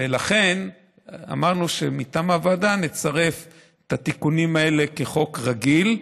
ולכן אמרנו שמטעם הוועדה נצרף את התיקונים האלה כחוק רגיל,